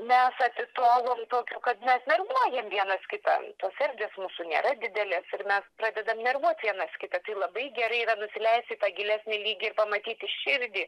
mes atitolom tokiu kad mes nervuojam vienas kitą tos erdvės mūsų nėra didelės ir mes pradedam nervuot vienas kitą tai labai gerai yra nusileist į tą gilesnį lygį ir pamatyti širdį